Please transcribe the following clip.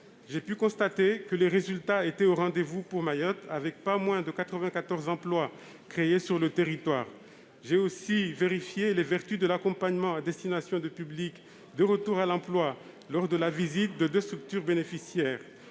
J'ai pu constater que les résultats étaient au rendez-vous pour Mayotte, avec pas moins de 94 emplois créés sur le territoire. J'ai aussi vérifié les vertus de l'accompagnement de retour à l'emploi à destination de publics lors de la visite de deux structures bénéficiaires.